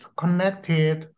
connected